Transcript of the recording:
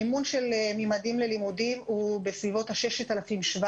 המימון של "ממדים ללימודים" הוא בסביבות 6,700 שקל.